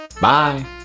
Bye